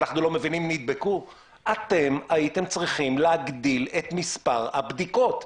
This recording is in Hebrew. אתם הייתם צריכים להבדיל את מספר הבדיקות.